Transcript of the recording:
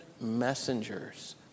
messengers